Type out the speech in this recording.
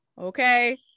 okay